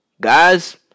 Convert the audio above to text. guys